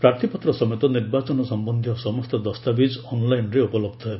ପ୍ରାର୍ଥୀପତ୍ର ସମେତ ନିର୍ବାଚନ ସମ୍ଭନ୍ଧୀୟ ସମସ୍ତ ଦସ୍ତାବିଜ୍ ଅନ୍ଲାଇନ୍ରେ ଉପଲବ୍ଧ ହେବ